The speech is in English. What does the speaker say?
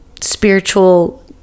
spiritual